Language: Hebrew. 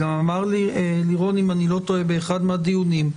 גם אמר לי לירון באחד מהדיונים,